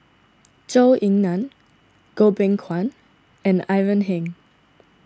Zhou Ying Nan Goh Beng Kwan and Ivan Heng